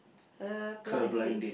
uh blind date